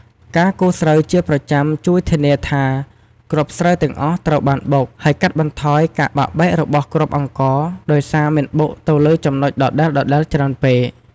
ការកូរស្រូវជាប្រចាំជួយធានាថាគ្រាប់ស្រូវទាំងអស់ត្រូវបានបុក ហើយកាត់បន្ថយការបាក់បែករបស់គ្រាប់អង្ករ ដោយសារមិនបុកទៅលើចំណុចដដែលៗច្រើនពេក។